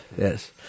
Yes